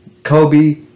Kobe